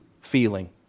feeling